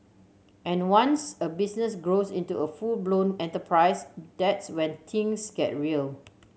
and once a business grows into a full blown enterprise that's when things get real